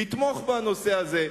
לתמוך בנושא הזה,